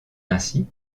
ainsi